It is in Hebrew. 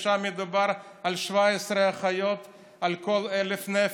ששם מדובר על 17 אחיות על כל 1,000 נפש.